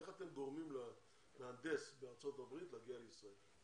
איך אתם גורמים למהנדס בארצות הברית להגיע לישראל?